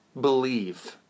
believe